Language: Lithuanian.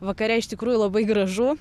vakare iš tikrųjų labai gražu